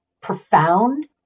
profound